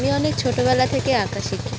আমি অনেক ছোটোবেলা থেকে আঁকা শিখি